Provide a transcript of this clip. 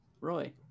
roy